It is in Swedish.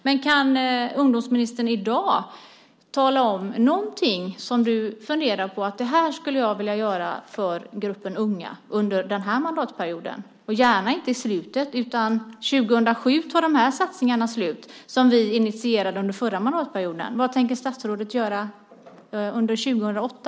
Men kan ungdomsministern i dag tala om någonting som hon funderar på, att det här skulle jag vilja göra för gruppen unga under den här mandatperioden. Gärna inte i slutet. År 2007 tar de satsningar slut som vi initierade under förra mandatperioden. Vad tänker statsrådet göra under 2008?